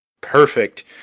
perfect